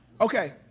Okay